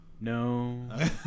No